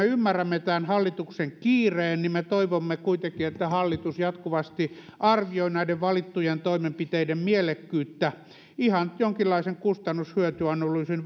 ymmärrämme tämän hallituksen kiireen me toivomme kuitenkin että hallitus jatkuvasti arvioi näiden valittujen toimenpiteiden mielekkyyttä ihan jonkinlaisen kustannushyötyanalyysin